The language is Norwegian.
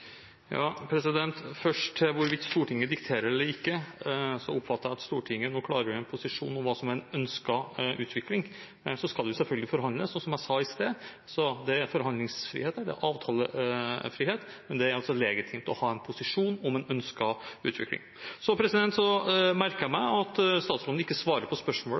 Først til hvorvidt Stortinget dikterer eller ikke: Jeg oppfatter at Stortinget nå klargjør en posisjon om hva som er en ønsket utvikling. Så skal det selvfølgelig forhandles, og som jeg sa i sted: Det er forhandlingsfrihet, det er avtalefrihet, men det er legitimt å ha en posisjon om en ønsket utvikling. Jeg merket meg at statsråden ikke svarte på spørsmålet